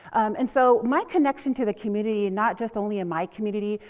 and so, my connection to the community, and not just only in my community,